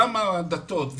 גם הדתות,